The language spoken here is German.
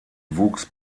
wuchs